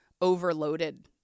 overloaded